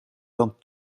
dan